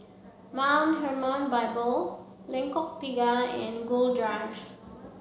Mount Hermon Bible Lengkok Tiga and Gul Drive